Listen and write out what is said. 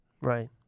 Right